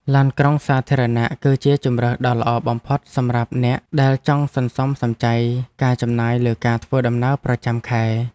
ឡានក្រុងសាធារណៈគឺជាជម្រើសដ៏ល្អបំផុតសម្រាប់អ្នកដែលចង់សន្សំសំចៃការចំណាយលើការធ្វើដំណើរប្រចាំខែ។